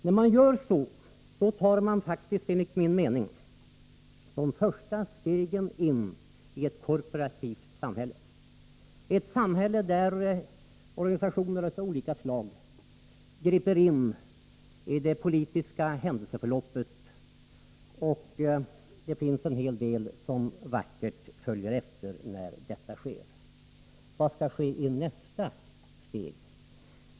När man gör så tar man faktiskt enligt min mening de första stegen in i ett korporativt samhälle, ett samhälle där organisationer av olika slag griper in i det politiska händelseförloppet och där det finns en hel del som vackert följer efter när detta sker. Vad skall ske i nästa steg?